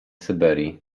syberii